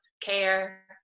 care